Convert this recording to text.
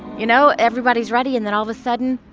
you know, everybody's ready. and then, all of a sudden,